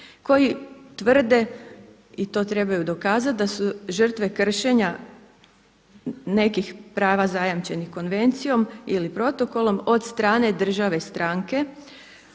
koji tvrde i to trebaju dokazati da su žrtve kršenja nekih prava zajamčenih konvencijom ili protokolom od strane države stranke,